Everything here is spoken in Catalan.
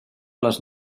les